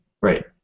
Right